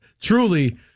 Truly